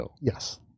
Yes